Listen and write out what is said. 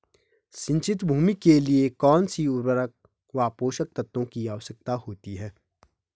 सिंचित भूमि के लिए कौन सी उर्वरक व पोषक तत्वों की आवश्यकता होती है?